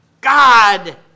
God